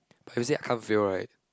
but you say unfair right